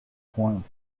point